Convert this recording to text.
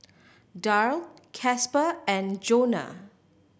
Darl Casper and Johnna